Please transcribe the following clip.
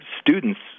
students